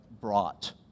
brought